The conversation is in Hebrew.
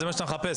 מחפש?